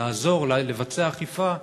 לעזור לבצע אכיפה,